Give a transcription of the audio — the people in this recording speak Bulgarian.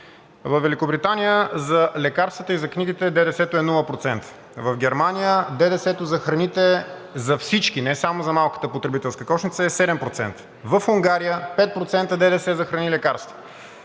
Във Великобритания за лекарствата и за книгите ДДС-то е нула процента. В Германия ДДС-то за храните – за всички, не само за малката потребителска кошница, е 7%. В Унгария – 5% ДДС за храни и лекарства.